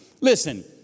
Listen